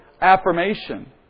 affirmation